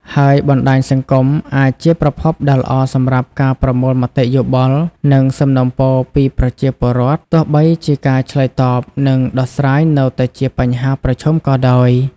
ហើយបណ្ដាញសង្គមអាចជាប្រភពដ៏ល្អសម្រាប់ការប្រមូលមតិយោបល់ និងសំណូមពរពីប្រជាពលរដ្ឋ ទោះបីជាការឆ្លើយតប និងដោះស្រាយនៅតែជាបញ្ហាប្រឈមក៏ដោយ។